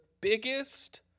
biggest